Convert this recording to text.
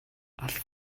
алс